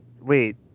wait